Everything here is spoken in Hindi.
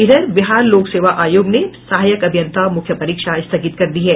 इधर बिहार लोक सेवा आयोग ने सहायक अभियंता मुख्य परीक्षा स्थगित कर दी है